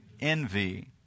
Envy